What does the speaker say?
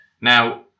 Now